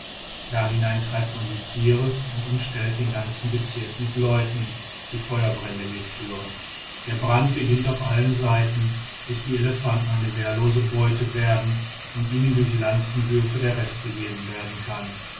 dahinein treibt man die tiere und umstellt den ganzen bezirk mit leuten die feuerbrände mitführen der brand beginnt auf allen seiten bis die elefanten eine wehrlose beute werden und ihnen durch lanzenwürfe der rest gegeben werden kann